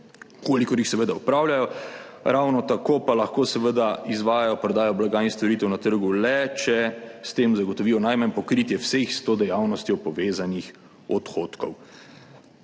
kolikor jih seveda opravljajo, ravno tako pa lahko seveda izvajajo prodajo blaga in storitev na trgu le, če s tem zagotovijo najmanj pokritje vseh s to dejavnostjo povezanih odhodkov.